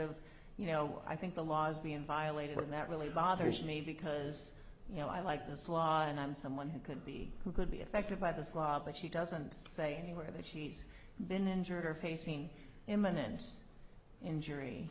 of you know i think the law is being violated but that really bothers me because you know i like this law and i'm someone who could be who could be affected by this law but she doesn't say anywhere that she's been injured or facing imminent injury